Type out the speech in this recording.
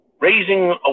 raising